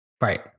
Right